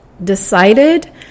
Decided